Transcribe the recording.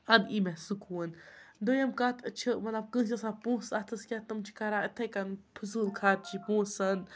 اَدٕ یی مےٚ سکوٗن دوٚیِم کَتھ چھِ مطلب کٲنٛسہِ آسان پونٛسہٕ اَتھَس کٮ۪تھ تِم چھِ کَران یِتھَے کَن فضوٗل خرچہِ پونٛسَن